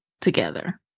together